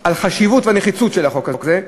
על החשיבות והנחיצות של החוק הזה.